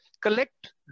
collect